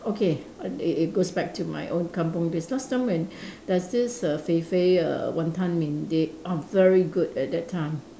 okay it it goes back to my own kampung days last time when there's this err Fei Fei err Wanton-Mian they are very good at that time